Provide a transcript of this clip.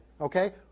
Okay